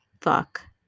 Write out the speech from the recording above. fuck